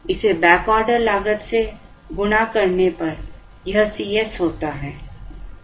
इसे बैकऑर्डर लागत से गुणा करने पर यह Cs होता है